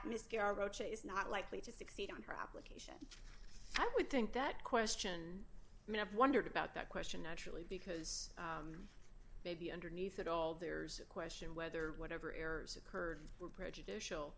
miscarriage roach is not likely to succeed on her application i would think that question may have wondered about that question naturally because maybe underneath it all there's a question whether whatever errors occurred or prejudicial